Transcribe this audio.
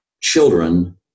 children